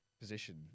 position